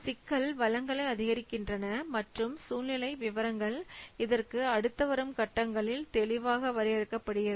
சிக்கல் வளங்களை அதிகரிக்கின்றன மற்றும் சூழ்நிலை விவரங்கள் இதற்கு அடுத்த வரும் கட்டங்களில் தெளிவாக வரையறுக்கப்படுகிறது